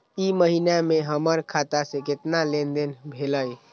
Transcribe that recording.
ई महीना में हमर खाता से केतना लेनदेन भेलइ?